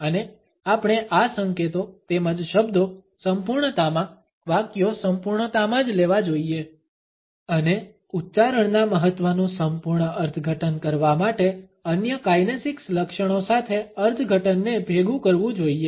અને આપણે આ સંકેતો તેમજ શબ્દો સંપૂર્ણતામાં વાક્યો સંપૂર્ણતામાં જ લેવા જોઈએ અને ઉચ્ચારણના મહત્વનું સંપૂર્ણ અર્થઘટન કરવા માટે અન્ય કાઇનેસિક્સ લક્ષણો સાથે અર્થઘટનને ભેગું કરવું જોઈએ